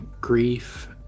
grief